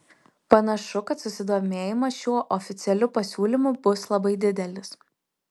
panašu kad susidomėjimas šiuo oficialiu pasiūlymu bus labai didelis